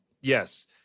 yes